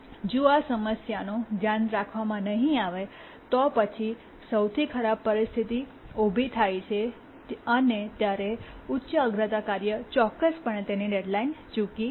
જો આ સમસ્યાનું ધ્યાન રાખવામાં નહીં આવે તો પછી જ્યારે સૌથી ખરાબ પરિસ્થિતિ ઉભી થાય ત્યારે ઉચ્ચ અગ્રતા કાર્ય ચોક્કસપણે તેની ડેડલાઇન ચૂકી જશે